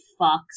fucks